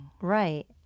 Right